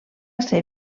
ser